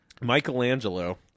Michelangelo